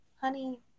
honey